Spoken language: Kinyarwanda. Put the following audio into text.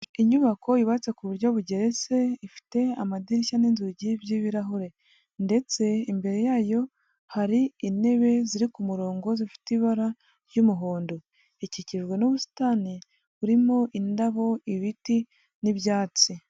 Inyubako yubatse ku buryo bugeretse, ifite amadirishya n'inzugi by'ibirahure, ndetse imbere yayo hari intebe ziri ku murongo zifite ibara ry'umuhondo, ikikijwe n'ubusitani burimo indabo, ibiti, n'ibyatsi.